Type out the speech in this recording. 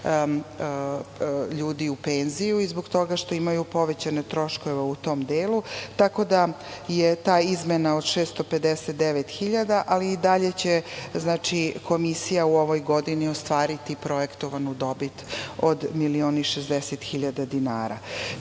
ljudi u penziju i zbog toga što imaju povećane troškove u tom delu. Tako da je ta izmena od 659 hiljada, ali i dalje će Komisija u ovoj godini ostvariti projektovanu dobit od milion i